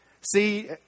See